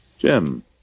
Jim